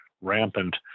rampant